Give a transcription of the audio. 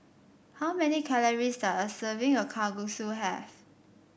how many calories does a serving of Kalguksu have